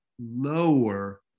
lower